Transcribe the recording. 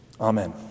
Amen